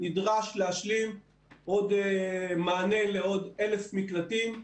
נדרש להשלים מענה לעוד 1,000 מקלטים,